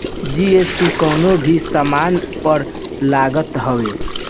GST कवनो भी सामान पअ लागत हवे